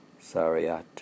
Sariat